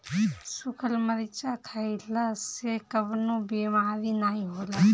सुखल मरीचा खईला से कवनो बेमारी नाइ होला